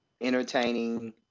entertaining